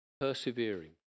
persevering